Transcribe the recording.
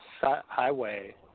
highway